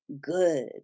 good